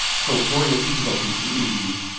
so during the speeches on tv,